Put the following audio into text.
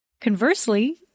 Conversely